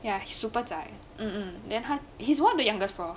ya hes super zai mm mm then 他 hes one of the youngest prof